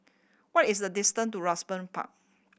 what is the distant to Park